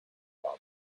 top